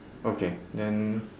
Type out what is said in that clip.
okay then